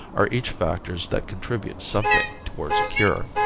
are each factors that contribute something towards a cure.